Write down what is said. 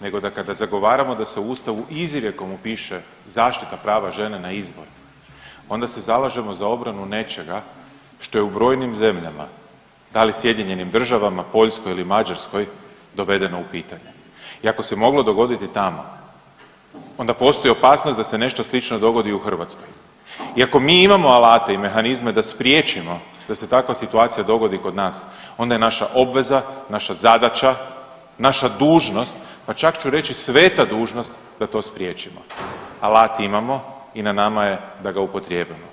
nego da kada zagovaramo da se u ustavu izrijekom upiše zaštita prava žena na izbor onda se zalažemo za obranu nečega što je u brojnim zemljama, ali i sjedinjenim državama, Poljskoj ili Mađarskoj dovedeno u pitanje i ako se moglo dogoditi tamo onda postoji opasnost da se nešto slično dogodi u Hrvatskoj i ako mi imamo alate i mehanizme da spriječimo da se takva situacija dogodi kod nas onda je naša obveza, naša zadaća, naša dužnost, pa čak ću reći sveta dužnost da to spriječimo, alat imamo i na nama je da ga upotrijebimo.